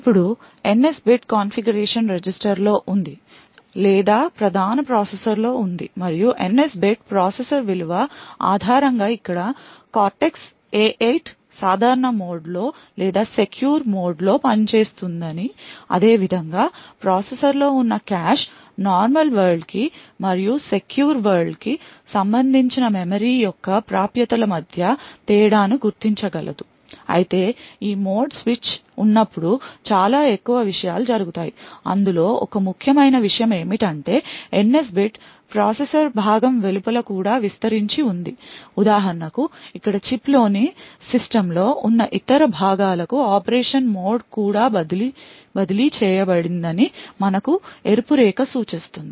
ఇప్పుడు NS bit configuration రిజిస్టర్లో ఉంది లేదా ప్రధాన ప్రాసెసర్లో ఉంది మరియు NS బిట్ ప్రాసెసర్ విలువ ఆధారంగా ఇక్కడ కార్టెక్స్ A8 సాధారణ మోడ్లో లేదా సెక్యూర్ మోడ్ లో పనిచేస్తుంది అదేవిధంగా ప్రాసెసర్లో ఉన్న cache నార్మల్ వరల్డ్కి మరియు సెక్యూర్ వరల్డ్ కి సంబంధించిన మెమరీ యొక్క ప్రాప్యతల మధ్య తేడా ను గుర్తించగలదు అయితే ఈ మోడ్ స్విచ్ ఉన్నప్పుడు చాలా ఎక్కువ విషయాలు జరుగుతాయి ఇందులో ఒక ముఖ్యమైన విషయం ఏమిటంటే ఈ NS బిట్ ప్రాసెసర్ భాగం వెలుపల కూడా విస్తరించి ఉంది ఉదాహరణకు ఇక్కడ చిప్లోని సిస్టమ్లో ఉన్న ఇతర భాగాలకు ఆపరేషన్ మోడ్కూడా బదిలీ చేయబడిందని మనకు ఎరుపు రేఖ సూచిస్తుంది